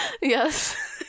Yes